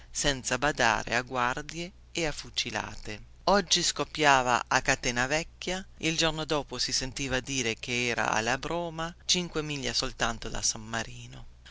senza badare a guardie e a fucilate oggi scoppiava a catenavecchia il giorno dopo si sentiva dire che era alla broma cinque miglia soltanto da san martino